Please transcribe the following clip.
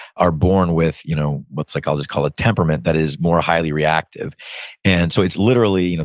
are born with you know what psychologists call it, temperament that is more highly reactive and so it's literally, you know